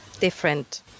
different